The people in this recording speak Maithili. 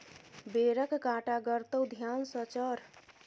बेरक कांटा गड़तो ध्यान सँ चढ़